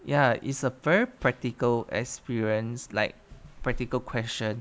ya it's a very practical experience like practical question